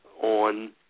on